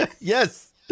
Yes